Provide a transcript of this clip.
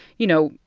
you know,